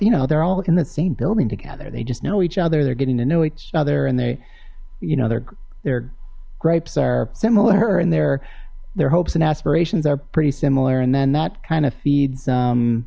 you know they're all in the same building together they just know each other they're getting to know each other and they you know their their gripes are similar and they're their hopes and aspirations are pretty similar and then that kind of feeds